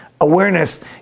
awareness